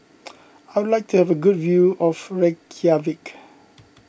I would like to have a good view of Reykjavik